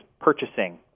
purchasing